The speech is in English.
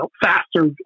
faster